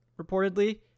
reportedly